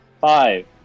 Five